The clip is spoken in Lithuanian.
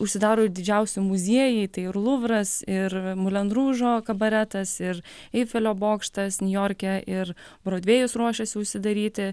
užsidaro ir didžiausi muziejai tai ir luvras ir mulenružo kabaretas ir eifelio bokštas niujorke ir brodvėjus ruošiasi užsidaryti